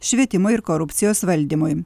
švietimo ir korupcijos valdymui